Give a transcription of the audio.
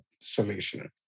solution